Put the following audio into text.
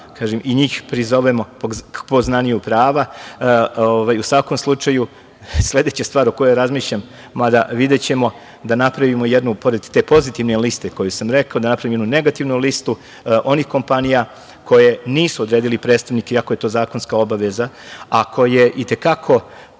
i njih prizovemo poznavanju prava.U svakom slučaju sledeća stvar o kojoj razmišljam, mada videćemo, da napravimo jednu pored te pozitivne liste, koju sam rekao, da napravimo jednu negativnu listu onih kompanija koje nisu odredili predstavnike iako je to zakonska obaveza, a koje i te kako